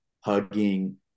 hugging